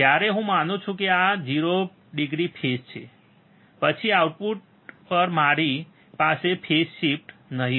જ્યારે હું માનું છું કે આ 0 ડિગ્રી ફેજ છે પછી આઉટપુટ પર મારી પાસે ફેજ શિફ્ટ નહીં હોય